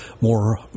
more